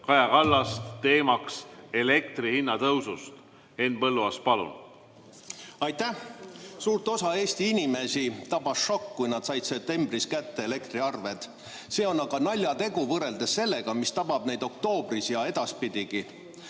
Kaja Kallas, teemaks on elektri hinna tõus. Henn Põlluaas, palun! Aitäh! Suurt osa Eesti inimesi tabas šokk, kui nad said septembris kätte elektriarved. See aga on naljategu võrreldes sellega, mis tabab neid oktoobris ja edaspidigi.